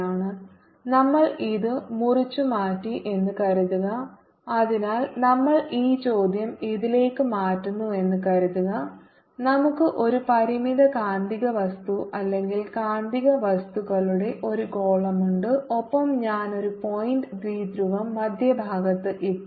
Minduced∝ B നമ്മൾ അത് മുറിച്ചുമാറ്റി എന്ന് കരുതുക അതിനാൽ നമ്മൾ ഈ ചോദ്യം ഇതിലേക്ക് മാറ്റുന്നുവെന്ന് കരുതുക നമുക്ക് ഒരു പരിമിത കാന്തിക വസ്തു അല്ലെങ്കിൽ കാന്തിക വസ്തുക്കളുടെ ഒരു ഗോളമുണ്ട് ഒപ്പം ഞാൻ ഒരു പോയിന്റ് ദ്വിധ്രുവം മധ്യഭാഗത്ത് ഇട്ടു